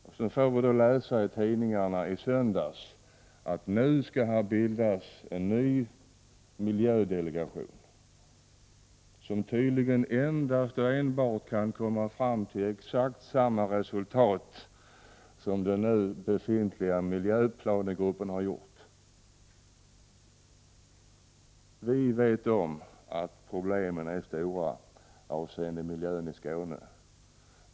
Vi fick i söndags läsa i tidningarna att nu skall här bildas en ny miljödelegation. Det är tydligt att den enbart kan komma fram till exakt samma resultat som den nu befintliga miljöplanegruppen har kommit fram till. Vi vet om att problemen är stora när det gäller miljön i Skåne.